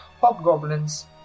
hobgoblins